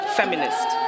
feminist